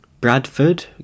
Bradford